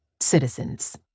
citizens